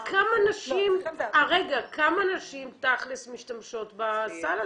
אז כמה נשים תכלס משתמשות בסל הזה?